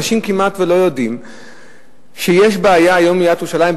אנשים כמעט לא יודעים שיש בעיה היום לעיריית ירושלים,